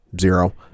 zero